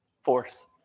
force